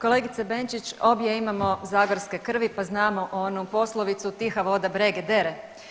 Kolegice Benčić, obje imamo zagorske krvi, pa znamo onu poslovicu „tiha voda brege dere“